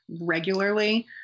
regularly